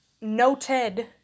noted